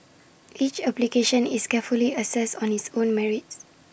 each application is carefully assessed on its own merits